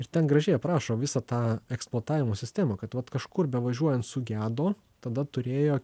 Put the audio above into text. ir ten gražiai aprašo visą tą eksploatavimo sistemą kad vat kažkur bevažiuojant sugedo tada turėjo